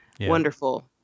Wonderful